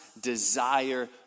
desire